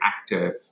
active